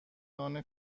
نان